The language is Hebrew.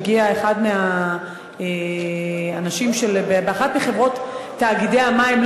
מגיע אחד מהאנשים של אחת מחברות תאגידי המים,